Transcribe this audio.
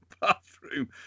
bathroom